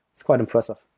it's quite impressive.